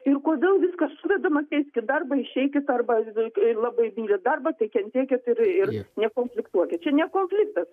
ir kodėl viskas suvedama keiskit darbą išeikit arba labai myli darbą tai kentėkit ir nekonfliktuokit čia ne konfliktas